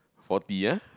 forty ah